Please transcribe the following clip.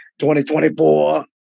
2024